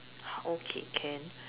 okay can